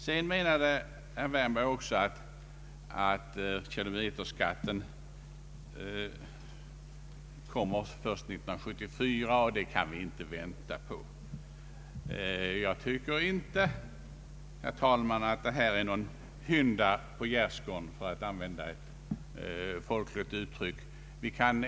Herr Wärnberg menade också att kilometerskatten kommer att tas ut först år 1974 och att vi inte kan vänta så länge. Jag tycker inte, herr talman, att det är någon hynda på gärdsgården, för att använda ett folkligt uttryck.